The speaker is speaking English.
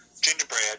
gingerbread